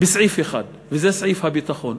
בסעיף 1, וזה סעיף הביטחון.